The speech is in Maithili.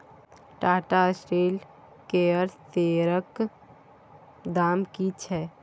टाटा स्टील केर शेयरक दाम की छै?